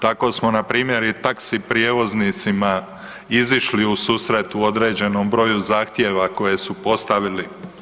Tako smo na primjer i taxi prijevoznicima izišli u susret u određenom broju zahtjeva koje su postavili.